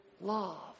love